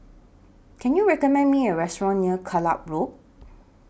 Can YOU recommend Me A Restaurant near Kellock Road